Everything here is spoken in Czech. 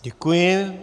Děkuji.